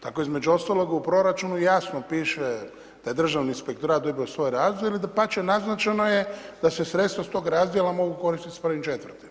Tako između ostalog u proračunu jasno piše da je državni inspektorat dobio svoj razdjel i dapače naznačeno je da se sredstva s tog razdjela mogu koristit s 1.4.